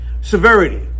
severity